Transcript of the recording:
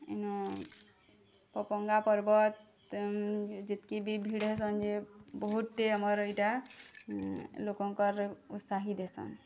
ଏନୁ ପପଙ୍ଗା ପର୍ବତ ତେନୁ ଯେତ୍କି ବି ଭିଡ଼ ସଙ୍ଗେ ବହୁତ୍ଟେ ଆମର୍ ଇଟା ଲୋକଙ୍କର ଉତ୍ସାହି ଦେସନ୍